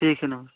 ठीक है नमस्ते